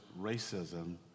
racism